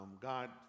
God